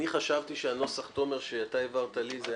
אני חשבתי שהנוסח שאתה העברת לי היה